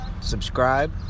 subscribe